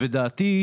ודעתי,